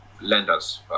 lenders